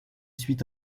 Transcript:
suite